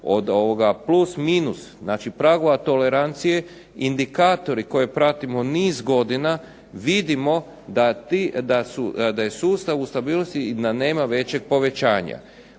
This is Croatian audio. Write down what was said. odstupanja od +/- znači pragua tolerancije, indikatori koje pratimo niz godina, vidimo da je u sustavu stabilnosti i da nema većeg povećanja.